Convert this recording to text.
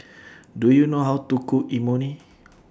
Do YOU know How to Cook Imoni